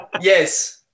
Yes